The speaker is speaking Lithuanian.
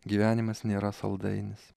gyvenimas nėra saldainis